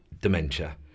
dementia